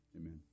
amen